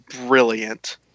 brilliant